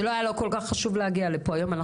שלא היה לו כל כך חשוב להגיע לפה היום.